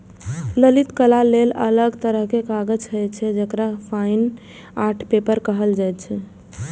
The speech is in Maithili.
ललित कला लेल अलग तरहक कागज होइ छै, जेकरा फाइन आर्ट पेपर कहल जाइ छै